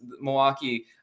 Milwaukee